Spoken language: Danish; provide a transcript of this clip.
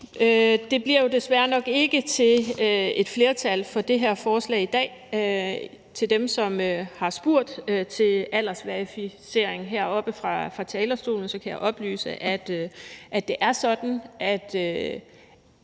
Det bliver jo desværre nok ikke til et flertal for det her forslag i dag. Til dem, som har spurgt til aldersverificering heroppe fra talerstolen, kan jeg oplyse, at det er sådan, at